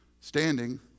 standing